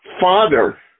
Father